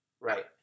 Right